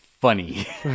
funny